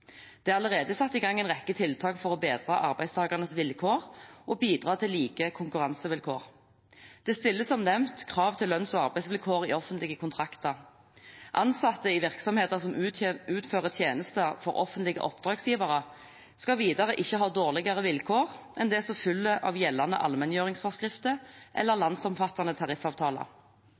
Det er allerede satt i gang en rekke tiltak for å bedre arbeidstakernes vilkår og bidra til like konkurransevilkår. Det stilles som nevnt krav til lønns- og arbeidsvilkår i offentlige kontrakter. Ansatte i virksomheter som utfører tjenester for offentlige oppdragsgivere, skal videre ikke ha dårligere vilkår enn det som følger av gjeldende allmenngjøringsforskrifter eller landsomfattende tariffavtaler.